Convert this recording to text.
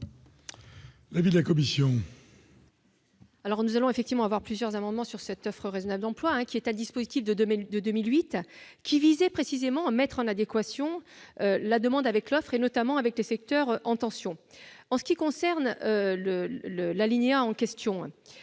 L'avis de la commission